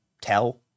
tell